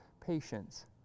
patience